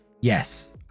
yes